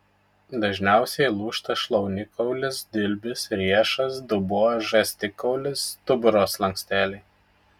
dažniausiai lūžta šlaunikaulis dilbis riešas dubuo žastikaulis stuburo slanksteliai